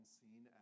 seen